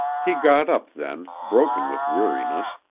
he got up then, broken with weariness,